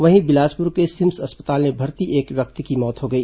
वहीं बिलासपुर के सिम्स अस्पताल में भर्ती एक व्यक्ति की मौत हो गई